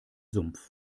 sumpf